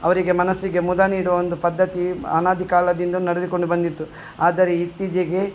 ಅವರಿಗೆ ಮನಸ್ಸಿಗೆ ಮುದ ನೀಡುವ ಒಂದು ಪದ್ಧತಿ ಅನಾದಿ ಕಾಲದಿಂದನು ನಡೆದುಕೊಂಡು ಬಂದಿತ್ತು ಆದರೆ ಇತ್ತೀಚಿಗೆ